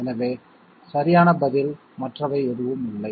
எனவே சரியான பதில் மற்றவை எதுவும் இல்லை